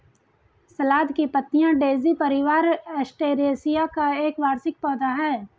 सलाद की पत्तियाँ डेज़ी परिवार, एस्टेरेसिया का एक वार्षिक पौधा है